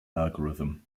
algorithm